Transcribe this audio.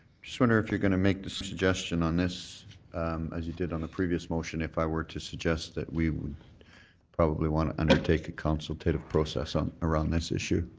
just wonder if you're going to make the same suggestion on this as you did on the previous motion, if i were to suggest that we probably want to undertake a consultative process on around this issue.